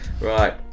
Right